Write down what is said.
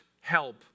help